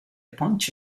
bunch